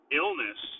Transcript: illness